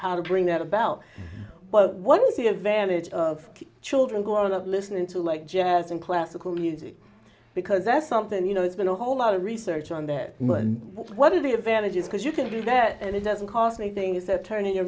how to bring that about but one of the advantages of children growing up listening to like jazz and classical music because that's something you know it's been a whole lot of research on that and what are the advantages because you can do that and it doesn't cost anything except turning your